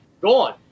gone